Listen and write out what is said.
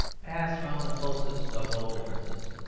pass from the closest of all differences,